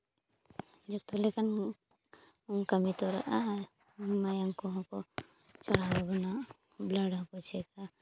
ᱡᱚᱛᱚ ᱞᱮᱠᱟᱱ ᱩᱱ ᱠᱟᱹᱢᱤ ᱛᱚᱨᱟᱜᱼᱟ ᱟᱨ ᱢᱟᱭᱟᱝ ᱠᱚ ᱦᱚᱸ ᱠᱚ ᱪᱟᱲᱦᱟᱣ ᱟᱵᱚᱟᱱ ᱵᱞᱟᱰ ᱦᱚᱸ ᱠᱚ ᱪᱮᱠᱟ